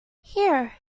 here